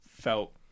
felt